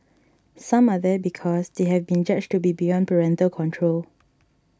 some are there because they have been judged to be beyond parental control